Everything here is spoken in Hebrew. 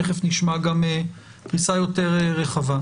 תכף נשמע גם פריסה יותר רחבה.